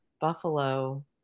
Buffalo